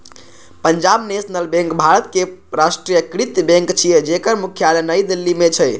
Punjab national bank भारतक राष्ट्रीयकृत bank छियै, जेकर मुख्यालय नई दिल्ली मे छै